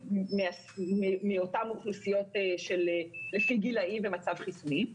מאותן אוכלוסיות לפי גילים ומצב חיסוני.